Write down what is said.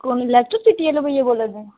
कुन्न लाटी चिट्टी भैया होर बोल्ला दे